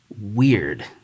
weird